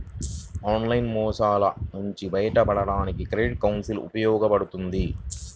online మోసాల నుంచి బయటపడడానికి క్రెడిట్ కౌన్సిలింగ్ ఉపయోగపడుద్ది